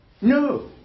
No